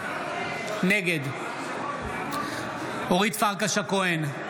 נגד אורית פרקש הכהן,